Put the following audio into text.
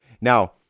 Now